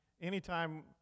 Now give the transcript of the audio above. Anytime